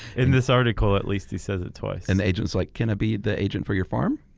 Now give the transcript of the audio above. in this article at least he says it twice. and the agent's like can i be the agent for your farm?